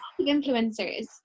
influencers